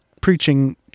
preaching